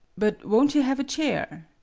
but won't you have a chair?